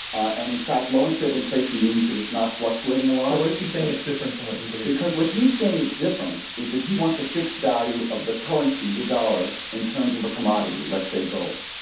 ah and in fact, low and stable inflation means that it's not fluctuating a lot. so what is he saying that's different from what you believe? because what he's saying that's different is that he wants a fixed value of the currency, the dollar, in terms of a commodity, let's say gold.